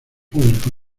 público